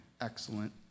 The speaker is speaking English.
excellent